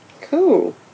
Cool